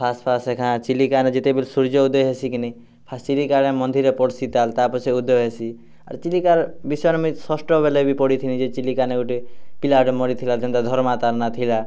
first first ଲେଖା ଚିଲିକା ନେ ଯେତେବେଲେ ସୂର୍ଯ୍ୟ ଉଦୟ ହେସିକିନି ଫାର୍ଷ୍ଟ ଚିଲିକାରେ ମନ୍ଦିରରେ ପଡ଼ସି ତା ତାର୍ପରେ ସେ ଉଦୟ ହେସି ଚିଲିକା ବିଷୟରେ ମୁଇଁ ଷଷ୍ଠ ବେଳେ ବି ପଢ଼ିଥିଲି ଯେ ଚିଲିକାନେ ଗୁଟେ ପିଲା ଗୋଟେ ମରିଥିଲା ଯେନ୍ତା ଧରମା ତାର୍ ନାଁ ଥିଲା